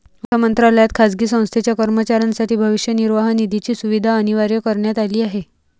अर्थ मंत्रालयात खाजगी संस्थेच्या कर्मचाऱ्यांसाठी भविष्य निर्वाह निधीची सुविधा अनिवार्य करण्यात आली आहे